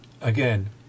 again